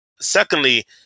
Secondly